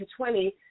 20